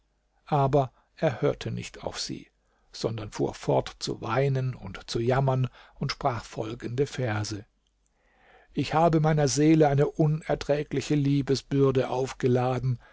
aber er hörte nicht auf sie sondern fuhr fort zu weinen und zu jammern und sprach folgende verse ich habe meiner seele eine unerträgliche liebesbürde aufgeladen